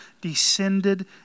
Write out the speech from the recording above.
descended